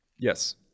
Yes